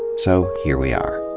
so here we are.